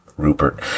Rupert